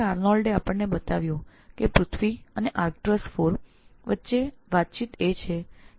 આર્નોલ્ડે આપણને દર્શાવ્યું કે પૃથ્વી અને આ ર્કટ્રસ IV વચ્ચે સંવાદ થાય છે